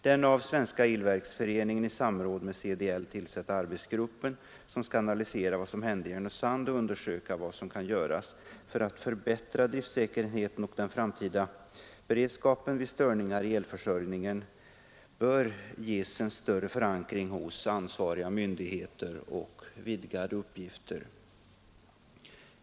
Den av Svenska elverksföreningen i samråd med CDL tillsatta arbetsgruppen som skall analysera vad som hände i Härnösand och undersöka vad som kan göras för att förbättra driftsäkerheten och den framtida beredskapen vid störningar i elförsörjningen bör ges en större förankring hos ansvariga myndigheter och vidgade uppgifter.